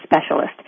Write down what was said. specialist